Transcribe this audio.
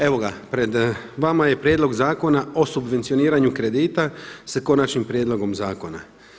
Evo ga, pred vama je Prijedlog zakona o subvencioniranju kredita sa Konačnim prijedlogom Zakona.